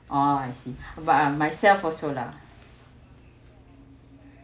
oh I see but I myself also lah